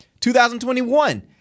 2021